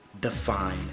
define